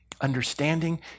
understanding